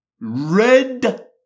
Red